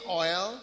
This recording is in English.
oil